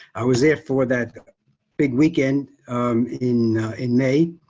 i was there for that big weekend in in may,